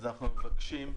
אנחנו מבקשים,